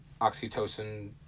oxytocin